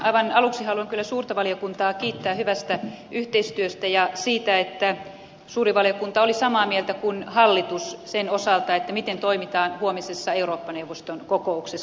aivan aluksi haluan kyllä suurta valiokuntaa kiittää hyvästä yhteistyöstä ja siitä että suuri valiokunta oli samaa mieltä kuin hallitus sen osalta miten toimitaan huomisessa eurooppa neuvoston kokouksessa